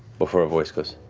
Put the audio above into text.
before a voice goes,